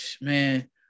man